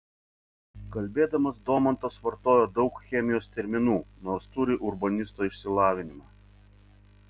kalbėdamas domantas vartoja daug chemijos terminų nors turi urbanisto išsilavinimą